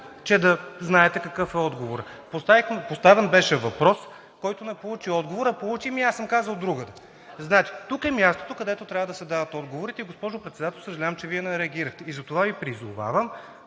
че да знаете, какъв е отговорът? Поставен беше въпрос, който не получи отговор „Ами аз съм казал другаде.“ Тук е мястото, където трябва да отговорите. Госпожо Председател, съжалявам, че Вие, не реагирахте. Затова Ви призовавам